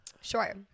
Sure